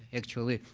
actually.